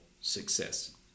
success